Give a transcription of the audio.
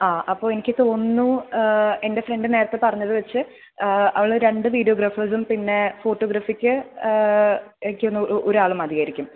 ആ അപ്പോൾ എനിക്ക് തോന്നുന്നു എൻ്റെ ഫ്രണ്ട് നേരത്തെ പറഞ്ഞതുവെച്ച് അവൾ രണ്ട് വിഡിയോഗ്രാഫർസും പിന്നെ ഫോട്ടോഗ്രാഫിക്ക് എനിക്ക് തോന്നുന്നു ഒരാൾ മതിയായിരിക്കും